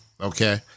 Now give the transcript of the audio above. okay